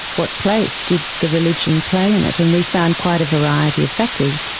what place did the religion play in it. and we found quite a variety of factors.